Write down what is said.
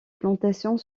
plantations